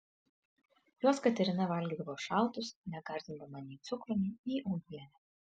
juos katerina valgydavo šaltus negardindama nei cukrumi nei uogiene